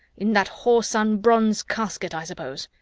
in that whoreson bronze casket, i suppose.